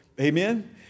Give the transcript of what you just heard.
amen